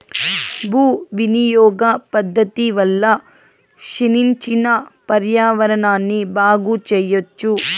భూ వినియోగ పద్ధతి వల్ల క్షీణించిన పర్యావరణాన్ని బాగు చెయ్యచ్చు